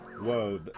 Whoa